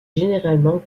généralement